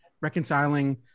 reconciling